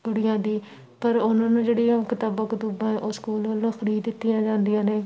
ਕੁੜੀਆਂ ਦੀ ਪਰ ਉਹਨਾਂ ਨੂੰ ਜਿਹੜੀਆਂ ਕਿਤਾਬਾਂ ਕਤੂਬਾਂ ਉਹ ਸਕੂਲ ਵੱਲੋਂ ਫ੍ਰੀ ਦਿੱਤੀਆਂ ਜਾਂਦੀਆਂ ਨੇ